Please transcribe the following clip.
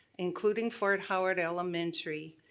including fort howard elementary,